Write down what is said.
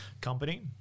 company